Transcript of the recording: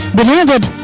Beloved